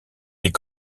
est